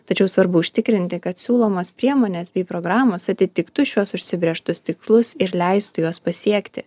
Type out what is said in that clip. tačiau svarbu užtikrinti kad siūlomos priemonės bei programos atitiktų šiuos užsibrėžtus tikslus ir leistų juos pasiekti